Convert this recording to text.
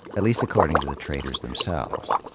at least according to the traders themselves.